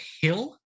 hill